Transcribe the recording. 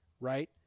right